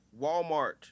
Walmart